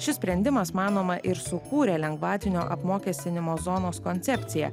šis sprendimas manoma ir sukūrė lengvatinio apmokestinimo zonos koncepciją